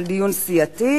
על דיון סיעתי.